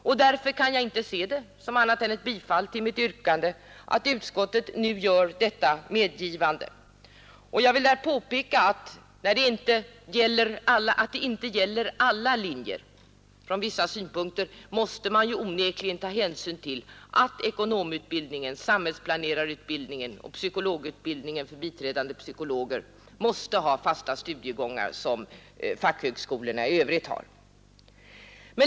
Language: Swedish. Och därför kan jag inte se det som något annat än ett bifall till mitt yrkande att utskottet nu gör detta medgivande. Jag vill här påpeka att det inte gäller alla linjer. Från vissa synpunkter måste man onekligen ta hänsyn till att ekonomutbildningen, samhällsplanerarutbildningen och psykologutbildningen för biträdande psykologer fordrar fasta studiegångar som fackhögskolorna i övrigt har.